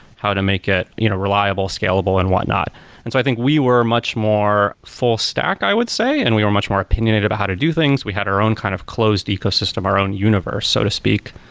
how to make it you know reliable, scalable and whatnot and i think we were much more full-stack, i would say and we were much more opinionated about how to do things. we had our own kind of closed ecosystem, our own universe so to speak.